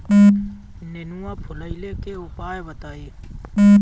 नेनुआ फुलईले के उपाय बताईं?